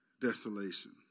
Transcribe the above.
desolation